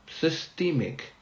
systemic